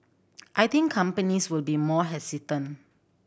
I think companies will be more hesitant